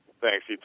thanks